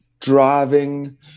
Driving